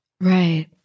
right